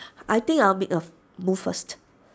I think I'll make A move first